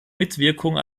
mitwirkung